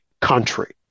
country